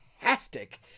fantastic